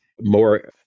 more